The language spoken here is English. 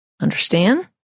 Understand